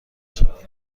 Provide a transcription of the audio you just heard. شود